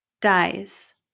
dies